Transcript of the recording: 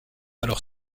alors